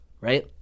right